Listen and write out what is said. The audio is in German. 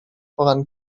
voran